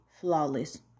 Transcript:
flawless